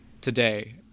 today